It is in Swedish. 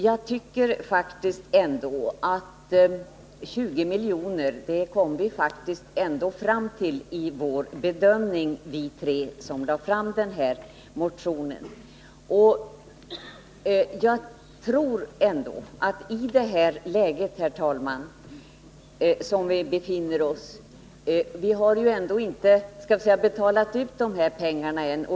Vi som väckte motionen kom fram till 20 milj.kr. vid vår bedömning. Ännu har inte pengarna utbetalats.